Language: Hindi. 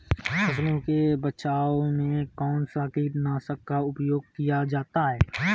फसलों के बचाव में कौनसा कीटनाशक का उपयोग किया जाता है?